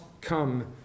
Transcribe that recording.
come